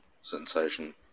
sensation